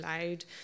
loud